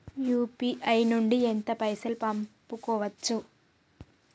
UPI నుండి ఎంత పైసల్ పంపుకోవచ్చు?